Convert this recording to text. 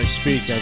speak